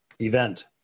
event